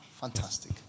Fantastic